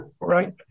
Right